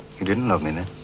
you didn't love me